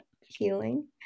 healing